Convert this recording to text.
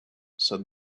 said